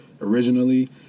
originally